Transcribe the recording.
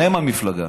והם המפלגה